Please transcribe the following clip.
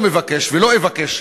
אני לא מבקש ולא אבקש,